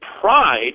pride